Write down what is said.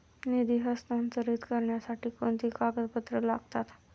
निधी हस्तांतरित करण्यासाठी कोणती कागदपत्रे लागतात?